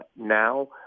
Now